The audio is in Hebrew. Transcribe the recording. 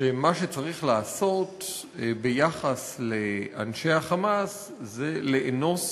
שמה שצריך לעשות ביחס לאנשי ה"חמאס" זה לאנוס